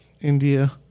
India